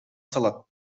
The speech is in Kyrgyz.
салат